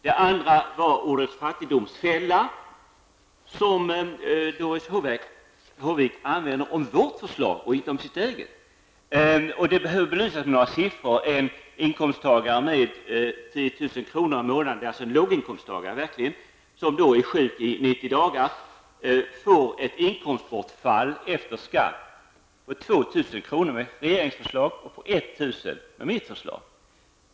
Det andra var fattigdomsfällan, som Doris Håvik använder om vårt förslag och inte om sitt eget. Det behöver belysas med några siffror. En inkomsttagare med 10 000 kr. i månaden -- alltså en verklig låginkomsttagare -- som blir sjuk i 90 dagar, får ett inkomstbortfall efter skatt på 2 000 kr. med regeringsförslaget och på 1 000 kr. med mitt förslag.